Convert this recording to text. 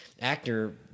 actor